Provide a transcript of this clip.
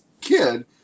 kid